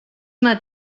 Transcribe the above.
una